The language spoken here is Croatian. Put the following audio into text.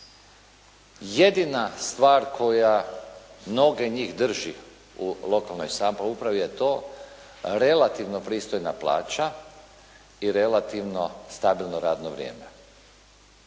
Jedina stvar koja mnoge njih drži u lokalnoj samoupravi je to relativno pristojna plaća i relativno stabilno radno vrijeme.